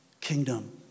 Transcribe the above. kingdom